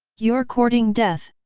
you're courting death!